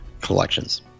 collections